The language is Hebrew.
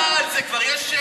למשטרה יש כבר חשודים,